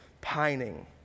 pining